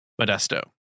Modesto